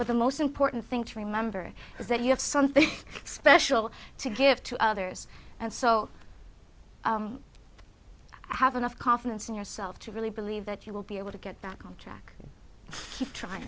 but the most important thing to remember is that you have something special to give to others and so i have enough confidence in yourself to really believe that you will be able to get back on track keep trying